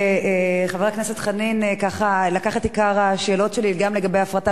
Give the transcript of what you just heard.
חבר הכנסת חנין ככה לקח את עיקר השאלות שלי גם לגבי הפרטה,